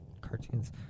cartoons